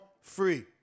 free